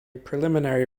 preliminary